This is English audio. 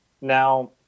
Now